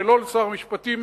ולא לשר המשפטים,